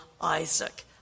Isaac